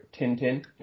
Tintin